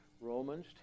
Romans